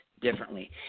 differently